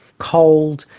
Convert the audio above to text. cold,